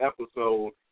episode